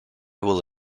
will